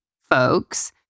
folks